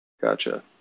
gotcha